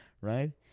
right